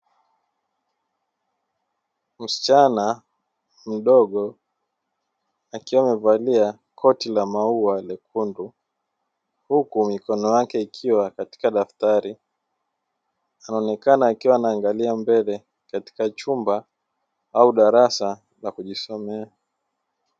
Msichana mdogo akiwa amevalia koti la maua lenye rangi nyekundu huku mikono yake ikiwa katika daftari, anaonekana akiwa anaangalia mbele katika chumba au darasa la kujisomea.